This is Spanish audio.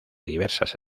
diversas